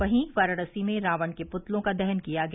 वहीं वाराणसी में रावण के पुतलों का दहन किया गया